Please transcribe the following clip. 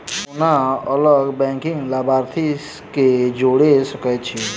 कोना अलग बैंकक लाभार्थी केँ जोड़ी सकैत छी?